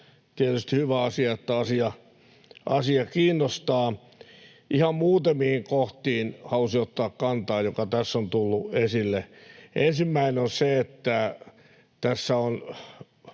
tietysti hyvä asia, että asia kiinnostaa. Haluaisin ottaa kantaa ihan muutamiin kohtiin, joita tässä on tullut esille: Ensimmäinen on se, että tässä on